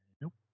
nope